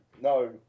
No